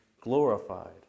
glorified